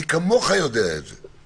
מי כמוך יודע את זה.